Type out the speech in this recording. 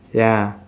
ya